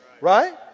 Right